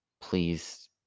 please